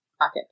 pocket